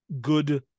good